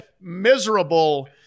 miserable